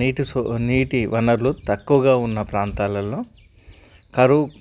నీటి సౌ నీటి వనరులు తక్కువగా ఉన్న ప్రాంతాలలో కరువు